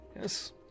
Yes